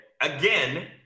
Again